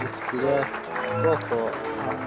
spray कऽ कऽ आओर